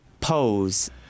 pose